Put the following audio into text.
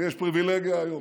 לי יש פריבילגיה היום.